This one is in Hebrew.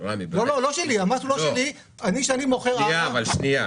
כמו בשקיות הניילון, שזה